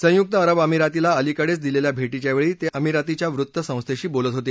संयुक अरब अमिरातीला अलीकडेच दिलेल्या भेटीच्या वेळी ते अमिरातीच्या वृत्त संस्थेशी बोलत होते